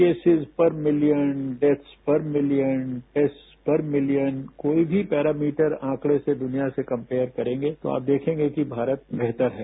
cases पर million deaths पर million test पर मिलियन कोई भी पैरामीटर आंकड़े से दुनिया से कम्पेयर करेंगे तो आप देखेंगे कि भारत बेहतर है